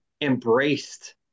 embraced